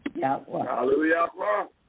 Hallelujah